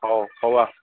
ହଉ ହଉ ଆ